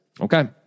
Okay